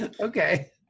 Okay